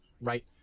right